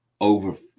over